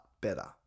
better